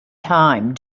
time